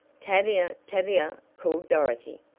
tavia! tavia! called dorothy,